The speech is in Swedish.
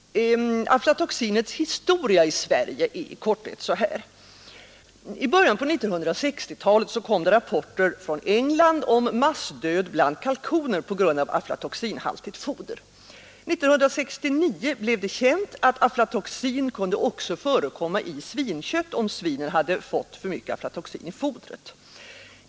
Aflatoxinets historia i Sverige är i korthet denna. I början på 1960-talet kom rapporter från England om massdöd bland kalkoner på grund av aflatoxinhaltigt foder. 1969 blev det känt att aflatoxin också kunde förekomma i svinkött, om svinen fått det i fodret.